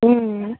ಹ್ಞೂ